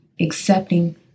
accepting